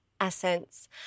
essence